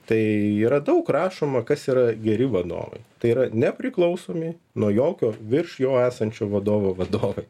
tai yra daug rašoma kas yra geri vadovai tai yra nepriklausomi nuo jokio virš jo esančių vadovų vadovai